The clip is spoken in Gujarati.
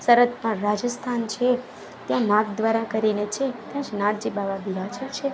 સરહદ પાર રાજસ્થાન છે ત્યાં નાથદ્વારા કરીને છે ત્યાં શ્રીનાથજી બાબા બિરાજે છે